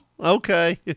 Okay